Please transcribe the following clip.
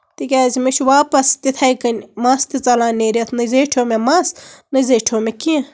تِکیازِ مےٚ چھُ واپَس تِتھٕے کَنۍ مَس تہِ ژَلان نیٖرِتھ نہ زیٹھیو مےٚ مَس نہ زیٹھیو مےٚ کیٚنہہ